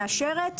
מאשרת,